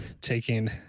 taking